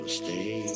stay